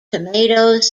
tomatoes